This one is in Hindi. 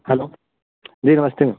हलो जी नमस्ते मैम